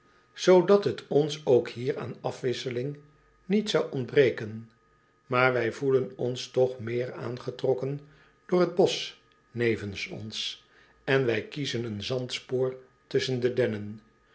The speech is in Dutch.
zoodat het ons ook hier aan afwisseling niet zou ontbreken maar wij voelen ons toch meer aangetrokken door het bosch nevens ons en wij kiezen een zandspoor tusschen de dennen